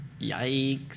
Yikes